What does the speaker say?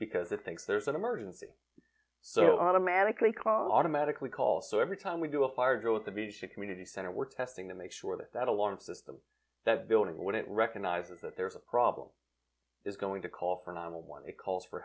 because it thinks there's an emergency so automatically call automatically call so every time we do a fire drill with the b c community center we're testing to make sure that that alarm system that building when it recognizes that there is a problem is going to call for not one a call for